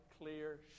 clear